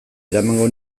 eramango